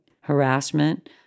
harassment